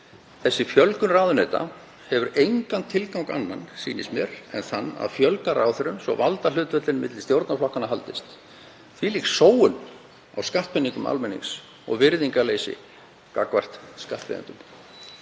Þessi fjölgun ráðuneyta hefur engan tilgang annan, sýnist mér, en þann að fjölga ráðherrum svo að valdahlutföllin milli stjórnarflokkanna haldist. Þvílík sóun á skattpeningum almennings og virðingarleysi gagnvart skattgreiðendum.